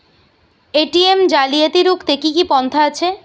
ATM জালিয়াতি রুখতে কি কি পন্থা আছে?